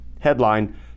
headline